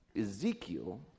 Ezekiel